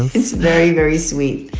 it's very, very sweet.